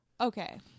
Okay